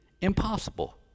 impossible